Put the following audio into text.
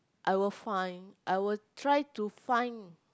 I will find I will try to find